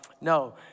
no